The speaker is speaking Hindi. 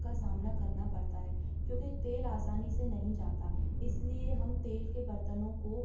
का सामना करना पड़ता है क्योकि तेल आसानी से नहीं जाता इसलिए हम तेल के बर्तनों को